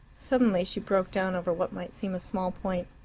suddenly she broke down over what might seem a small point.